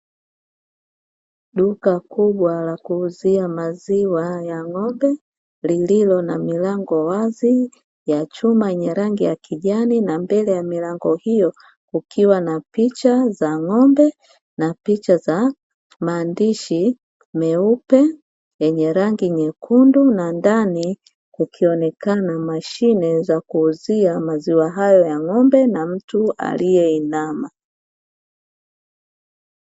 Duka kubwa la kuuzia maziwa ya ng'ombe lililo na milango wazi ya chuma yenye rangi ya kijani, na mbele ya milango hiyo kukiwa na picha za ng'ombe na picha za maandishi meupe yenye rangi nyekundu, na ndani kukionekana mashine za kuuzia maziwa hayo ya ng'ombe na mtu aliyeinama.